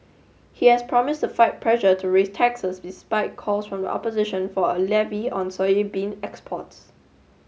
he has promised to fight pressure to raise taxes despite calls from the opposition for a levy on soybean exports